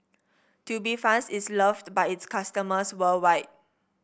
Tubifast is loved by its customers worldwide